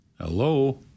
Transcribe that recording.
Hello